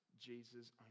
Jesus